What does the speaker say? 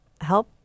help